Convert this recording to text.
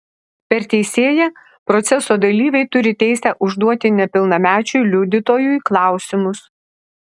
per teisėją proceso dalyviai turi teisę užduoti nepilnamečiui liudytojui klausimus